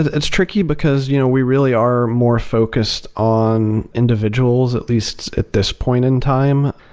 ah it's tricky, because you know we really are more focused on individuals at least at this point in time.